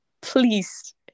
please